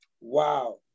Wow